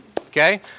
okay